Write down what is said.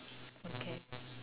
okay